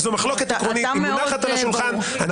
זו מחלוקת עקרונית, היא מונחת על השולחן.